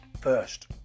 first